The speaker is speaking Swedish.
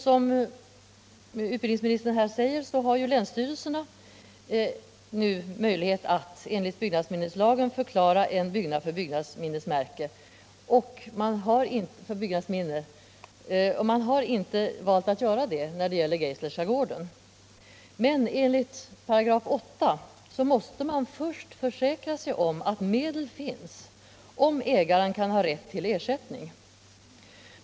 Som utbildningsministern sade har länsstyrelserna nu möjlighet att enligt byggnadsminneslagen förklara en byggnad för byggnadsminne. Men man har inte valt att göra detta i fråga om den Geislerska gården. Enligt 8 § måste man först försäkra sig om att medel finns, om ägaren kan ha rätt till ersättning.